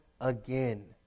again